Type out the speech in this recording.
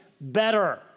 better